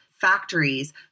factories